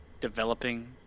developing